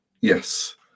Yes